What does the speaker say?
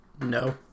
No